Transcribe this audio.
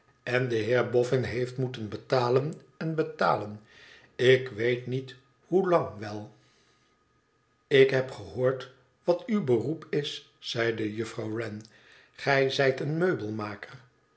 en de heer boffin heeft moeten betalen en betalen ik weet niet hoe lang wel ik heb gehoord wat uw beroep is zeide juffrouw wren gij zijt een meubelmaker